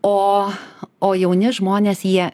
o jauni žmonės jie